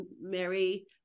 Mary